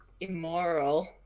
immoral